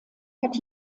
hat